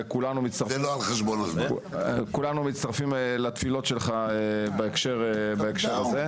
כולנו מצטרפים לתפילות שלך בהקשר הזה.